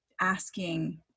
asking